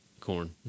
Corn